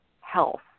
health